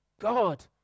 God